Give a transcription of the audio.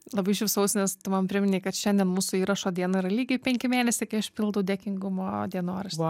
labai šypsaus nes tu man priminei kad šiandien mūsų įrašo dieną yra lygiai penki mėnesiai kai aš pildau dėkingumo dienoraštį